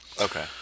Okay